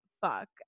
fuck